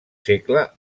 segle